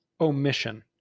omission